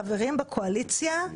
חברים בקואליציה,